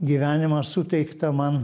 gyvenimą suteiktą man